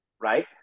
Right